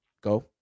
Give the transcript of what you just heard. go